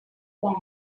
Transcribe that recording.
bank